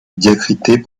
diacritée